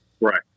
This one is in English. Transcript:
Right